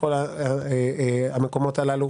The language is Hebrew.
בכל המקומות הללו.